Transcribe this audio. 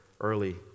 early